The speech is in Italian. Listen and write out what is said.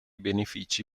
benefici